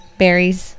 berries